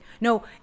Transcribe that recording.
No